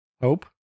Hope